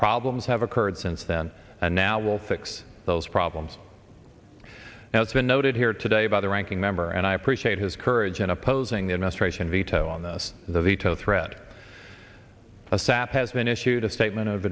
problems have occurred since then and now we'll fix those problems and it's been noted here today by the ranking member and i appreciate his courage in opposing the administration veto on this the veto threat of sap has been issued a statement of